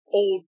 old